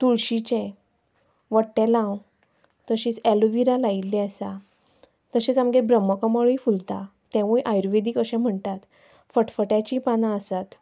तुळशीचें वट्टेलांव तशीच एलिविरा लायिल्ली आसा तशेंच आमगेर ब्रह्मकमळूय फुलता तेंवूय आयुर्वेदीक अशें म्हणटात फटफट्याची पानां आसात